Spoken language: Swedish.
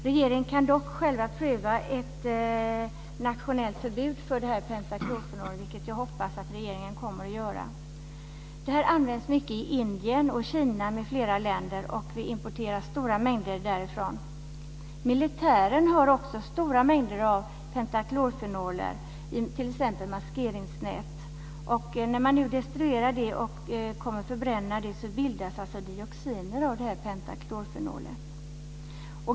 Regeringen kan dock pröva ett nationellt förbud för pentaklorfenol, vilket jag hoppas att regeringen kommer att göra. Det används mycket i Indien och Kina med flera länder, och vi importerar stora mängder därifrån. Militären har också stora mängder av pentaklorfenol i t.ex. maskeringsnät. När man destruerar det och förbränner det bildas dioxiner av pentaklorfenolet.